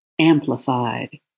amplified